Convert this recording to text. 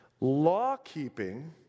Law-keeping